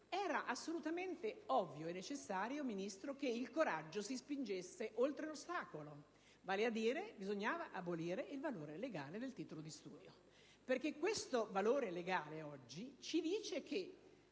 era assolutamente ovvio e necessario, Ministro, che il coraggio si spingesse oltre l'ostacolo: vale a dire, bisognava abolire il valore legale del titolo di studio. Il valore legale del titolo di